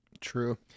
True